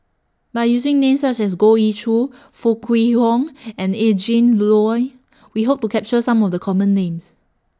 By using Names such as Goh Ee Choo Foo Kwee Horng and Adrin Loi We Hope to capture Some of The Common Names